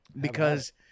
because-